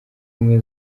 ubumwe